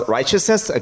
Righteousness